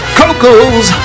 coco's